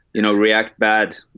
you know, react bad.